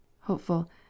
hopeful